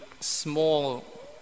small